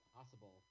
possible